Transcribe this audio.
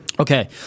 Okay